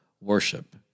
worship